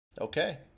Okay